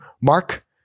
Mark